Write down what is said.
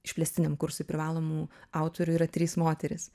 išplėstiniam kursui privalomų autorių yra trys moterys